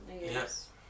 Yes